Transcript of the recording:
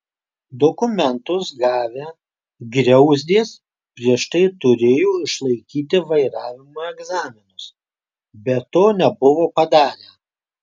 dokumentus gavę griauzdės prieš tai turėjo išlaikyti vairavimo egzaminus bet to nebuvo padarę